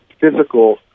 physical